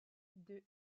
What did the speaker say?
deux